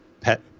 pet